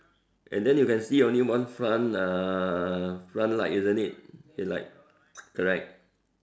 and then you can see only one front uh front light isn't it headlight correct